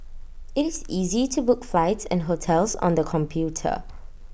IT is easy to book flights and hotels on the computer